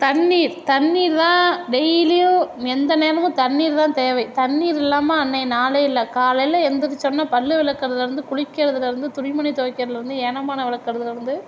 தண்ணீர் தண்ணீர் தான் டெய்லியும் எந்த நேரமும் தண்ணீர் தான் தேவை தண்ணீர் இல்லாமல் அன்றைய நாளே இல்லை காலையில் எந்திரிச்சொடன பல் விளக்கறதுலருந்து குளிக்கிறதுலருந்து துணிமணி துவைக்கிறதுலருந்து ஏனம்பானம் விளக்கறதுலருந்து